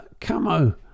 Camo